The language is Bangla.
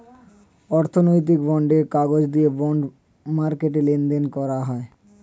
অর্থনৈতিক বন্ডের কাগজ দিয়ে বন্ড মার্কেটে লেনদেন করা হয়